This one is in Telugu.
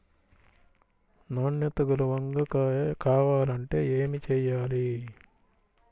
నాణ్యత గల వంగ కాయ కావాలంటే ఏమి చెయ్యాలి?